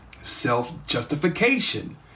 self-justification